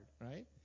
right